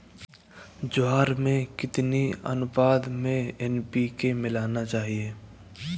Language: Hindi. ज्वार में कितनी अनुपात में एन.पी.के मिलाना चाहिए?